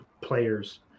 players